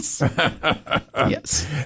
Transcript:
Yes